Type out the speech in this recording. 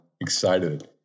excited